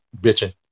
bitching